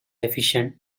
efficient